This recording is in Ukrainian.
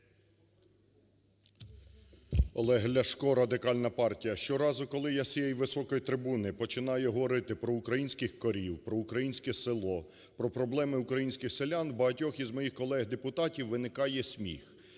Олег Ляшко, Радикальна партія. Щоразу, коли я з цієї високої трибуни починаю говорити про українських корів, про українське село, про проблеми українських селян, в багатьох із моїх колег депутатів виникає сміх,